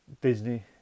Disney